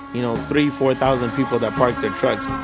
you know, three, four thousand people that parked their trucks.